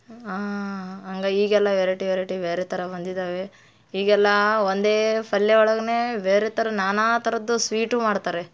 ಆಂ ಹಂಗಾಗಿ ಈಗೆಲ್ಲ variety variety ಬೇರೆ ಥರ ಬಂದಿದ್ದಾವೆ ಈಗೆಲ್ಲ ಒಂದೇ ಪಲ್ಯ ಒಳಗೇ ಬೇರೆ ಥರದ ನಾನಾ ಥರದ್ದು ಸ್ವೀಟೂ ಮಾಡ್ತಾರೆ